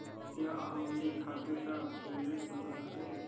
क्या आप मेरे खाते का बैलेंस बता सकते हैं?